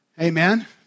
amen